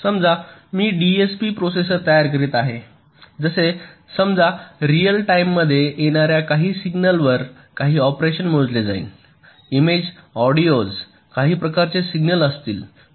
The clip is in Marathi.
समजा मी डीएसपी प्रोसेसर तयार करीत आहे जसे समजा रिअल टाइममध्ये येणार्या काही सिग्नलवर काही ऑपरेशन मोजले जाईल इमेज ऑडिओज काही प्रकारचे सिग्नल असतील